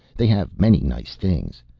they have many nice things.